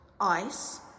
ice